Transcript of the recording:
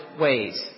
ways